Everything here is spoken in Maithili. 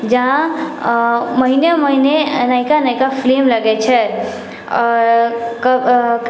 जहाँ महिने महिने नयका नयका फिल्म लगैत छै